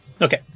Okay